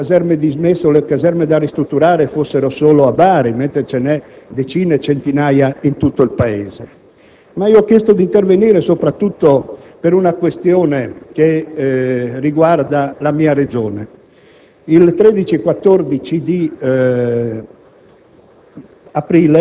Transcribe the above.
(come se le caserme dismesse o da ristrutturare fossero solo a Bari, mentre sappiamo che ce ne sono decine e centinaia in tutto il Paese). Ma ho chiesto di intervenire soprattutto per una questione che riguarda la mia Regione. Il 13 e